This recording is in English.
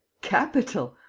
capital.